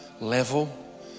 level